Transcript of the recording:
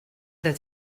that